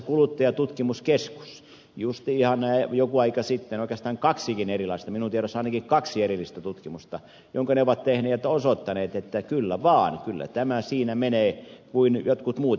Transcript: muun muassa kuluttajatutkimuskeskus juuri ihan joku aika sitten oikeastaan minun tiedossani on ainakin kaksi erillistä tutkimusta jotka se on tehnyt on osoittanut että kyllä vaan kyllä tämä siinä menee kuin jotkut muut